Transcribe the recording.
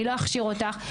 אני לא אכשיר אותך,